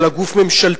אלא גוף ממשלתי,